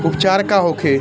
उपचार का होखे?